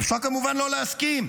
אפשר כמובן לא להסכים,